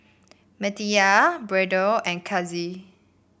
Matilda Brayden and Cassie